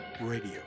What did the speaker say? radio